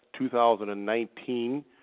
2019